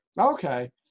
Okay